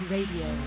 Radio